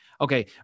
okay